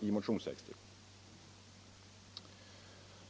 i motionstexter.